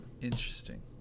Interesting